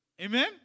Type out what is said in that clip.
Amen